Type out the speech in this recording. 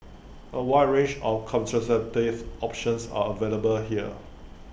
A wide range of contraceptive options are available here